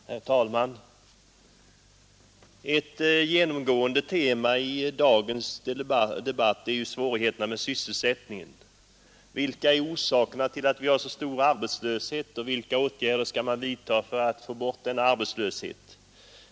Herr talman! Ett genomgående tema i dagens debatt är ju svårigheterna med sysselsättningen. Vilka är orsakerna till att vi har så stor arbetslöshet, och vilka åtgärder skall man vidta för att få bort denna arbetslöshet?